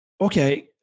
Okay